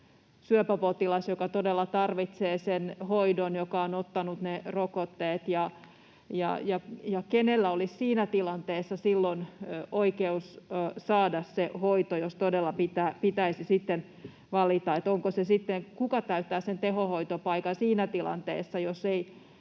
syöpäpotilas, joka todella tarvitsee sen hoidon ja joka on ottanut ne rokotteet. Kenellä olisi siinä tilanteessa oikeus saada se hoito, jos todella pitäisi valita, kuka täyttää sen tehohoitopaikan siinä tilanteessa, jos ei